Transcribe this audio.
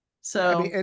So-